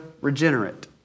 regenerate